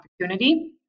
opportunity